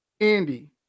Andy